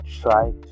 try